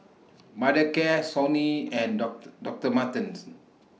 Mothercare Sony and Doctor Doctor Martens